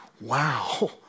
wow